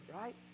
right